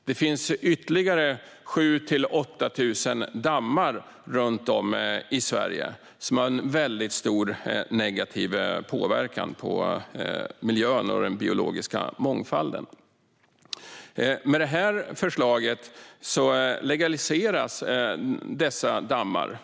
Det finns ytterligare 7 000-8 000 dammar runt om i Sverige som har stor negativ påverkan på miljön och på den biologiska mångfalden. Med detta förslag legaliseras dessa dammar.